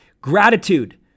Gratitude